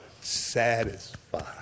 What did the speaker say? satisfied